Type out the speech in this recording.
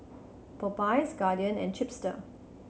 Popeyes Guardian and Chipster